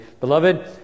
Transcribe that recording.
Beloved